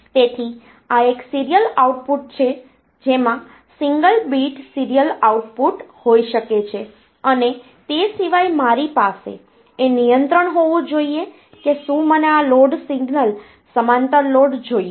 તેથી આ એક સીરીયલ આઉટપુટ છે જેમાં સિંગલ બીટ સીરીયલ આઉટપુટ હોઈ શકે છે અને તે સિવાય મારી પાસે એ નિયંત્રણ હોવું જોઈએ કે શું મને આ લોડ સિગ્નલ સમાંતર લોડ જોઈએ છે